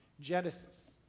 Genesis